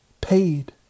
paid